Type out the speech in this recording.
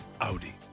Audi